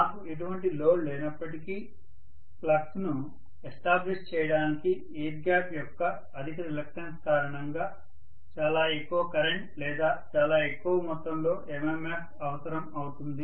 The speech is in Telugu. నాకు ఎటువంటి లోడ్ లేనప్పటికీ ఫ్లక్స్ ను ఎస్టాబ్లిష్ చేయడానికి ఎయిర్ గ్యాప్ యొక్క అధిక రిలక్టన్స్ కారణంగా చాలా ఎక్కువ కరెంట్ లేదా చాలా ఎక్కువ మొత్తంలో MMF అవసరం అవుతుంది